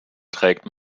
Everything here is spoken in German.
trägt